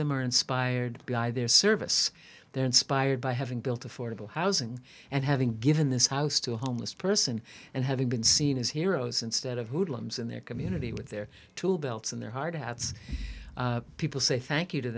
them are inspired by their service they're inspired by having built affordable housing and having given this house to a homeless person and having been seen as heroes instead of hoodlums in their community with their tool belt and their hard hats people say thank you to